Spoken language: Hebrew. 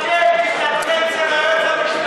תתעדכן, תתעדכן אצל היועץ המשפטי.